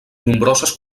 nombroses